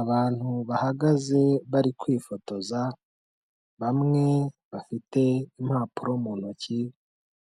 Abantu bahagaze bari kwifotoza, bamwe bafite impapuro mu ntoki,